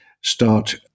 start